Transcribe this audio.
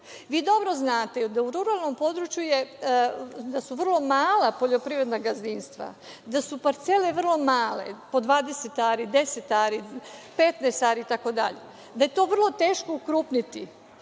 dobro znate da su ruralnom području vrlo mala poljoprivredna gazdinstva, da su parcele vrlo male, po 20 ari, 10 ari, 15 ari, itd, da je to vrlo teško ukrupniti,